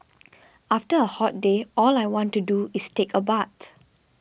after a hot day all I want to do is take a bath